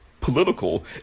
political